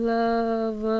love